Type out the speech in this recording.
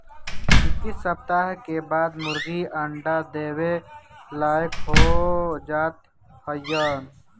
इक्कीस सप्ताह के बाद मुर्गी अंडा देवे लायक हो जात हइन